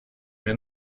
мне